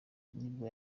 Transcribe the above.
nibwo